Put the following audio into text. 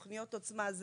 תוכניות עוצמה,